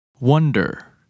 wonder